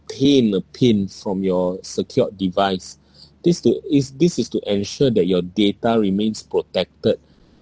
obtain a pin from your secured device this to is this is to ensure that your data remains protected